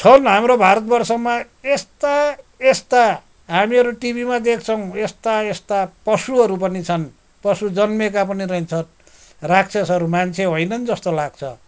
छन् हाम्रो भारतवर्षमा यस्ता यस्ता हामीहरू टिभीमा देख्छौँ यस्ता यस्ता पशुहरू पनि छन् पशु जन्मेका पनि रहेछन् राक्षसहरू मान्छे होइनन् जस्तो लाग्छ